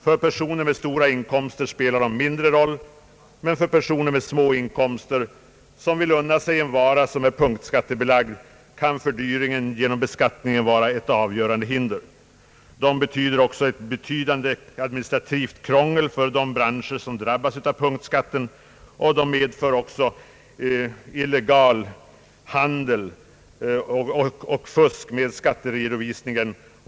För personer med höga inkomster spelar de mindre roll, men för personer med små inkomster som vill unna sig en vara som är punktskattebelagd kan fördyringen genom beskattningen vara ett avgörande hinder. Skatten innebär också ett betydande administrativt krångel för de branscher som drabbas av punktskatter. Dessa medför även illegal handel och fusk med Ang. den ekonomiska politiken, m.m. skatteredovisningen.